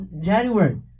january